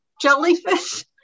jellyfish